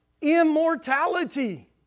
immortality